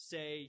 Say